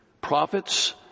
prophets